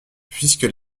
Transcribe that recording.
puisque